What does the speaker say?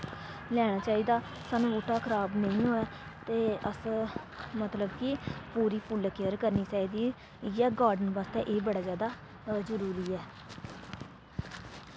लैना चाहिदा सानूं बूह्टा खराब नेईं होऐ ते अस मतलब कि पूरी फुल्ल केयर करनी चाहिदी इ'यै गार्डन बास्तै एह् बड़ा जादा जरूरी ऐ